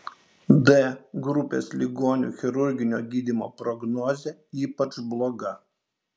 d grupės ligonių chirurginio gydymo prognozė ypač bloga